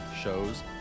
shows